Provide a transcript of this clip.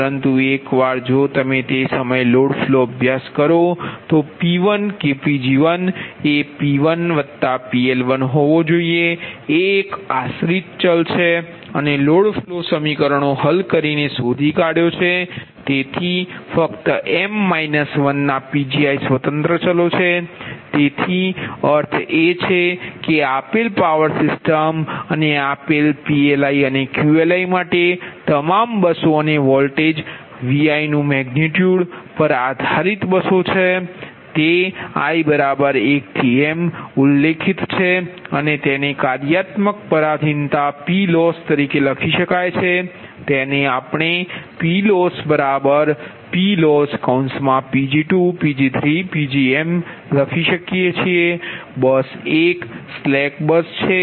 પરંતુ એકવાર જો તમે તે સમયે લોડ ફ્લો અભ્યાસ કરો તો P1 કે Pg1એ P1PL1હોવો જોઈએ તે એક આશ્રિત ચલ છે અને લોડ ફ્લો સમીકરણો હલ કરીને શોધી કાઢ્યો છે તેથી ફક્ત ના Pgi સ્વતંત્ર ચલો છે તેથી અર્થ એ છે કે આપેલ પાવર સિસ્ટમ અને આપેલ PLi અને QLi માટે તમામ બસો અને વોલ્ટેજ Vi મેગનિટયુડ પર આપેલા બસો પર i 1 2 3m ઉલ્લેખિત છે અને તેને કાર્યાત્મક પરાધીનતા PLoss તરીકે લખી શકાય છે તેને આપણે PLossPLossPg2Pg3Pgm લખી શકીયે એટલે કે બસ એક સ્લેક બસ છે